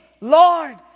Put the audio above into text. Lord